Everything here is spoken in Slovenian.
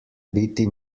biti